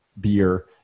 beer